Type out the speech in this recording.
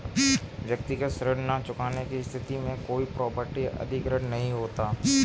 व्यक्तिगत ऋण न चुकाने की स्थिति में कोई प्रॉपर्टी अधिग्रहण नहीं होता